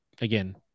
again